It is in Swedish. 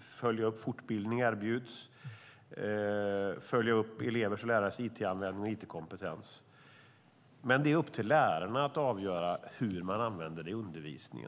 följa upp att fortbildning erbjuds, att följa upp elevers och lärares it-användning och it-kompetens. Men det är upp till lärarna att avgöra hur man använder det i undervisningen.